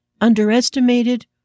underestimated